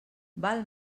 val